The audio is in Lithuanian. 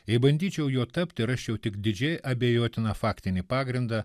jei bandyčiau juo tapti rasčiau tik didžiai abejotiną faktinį pagrindą